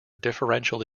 differential